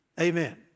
Amen